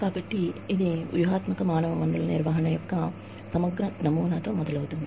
కాబట్టి ఇది వ్యూహాత్మక మానవ వనరుల నిర్వహణ యొక్క సమగ్ర నమూనాతో మొదలవుతుంది